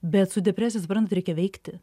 bet su depresija suprantat reikia veikti